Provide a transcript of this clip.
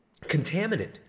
contaminant